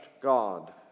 God